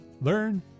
learn